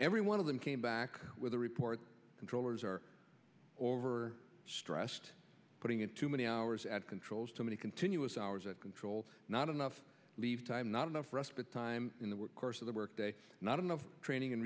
every one of them came back with the report controllers are over stressed putting in too many hours at controls too many continuous hours of control not enough lead time not enough respite time in the course of the work day not enough training and